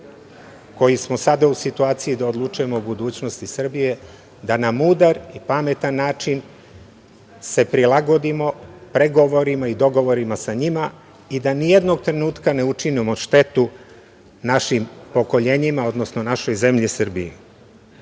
koji smo sada u situaciji da odlučujemo o budućnosti Srbije da na mudar i pametan način se prilagodimo pregovorima i dogovorima sa njima i da nijednog trenutka ne učinimo štetu našim pokoljenjima, odnosno našoj zemlji Srbiji. Mnoge